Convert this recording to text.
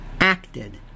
acted